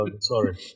Sorry